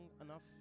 enough